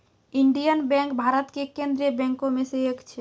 Indian bank Bharat के केन्द्रीय बैंको मे से एक छै